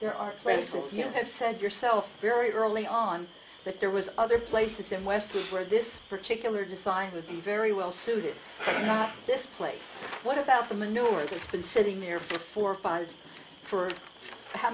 there are places you have said yourself very early on that there was other places in west where this particular design would be very well suited to this place what about the minority it's been sitting there for four or five for how